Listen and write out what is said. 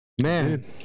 man